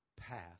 path